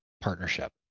partnership